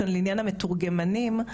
לעניין המתורגמנים,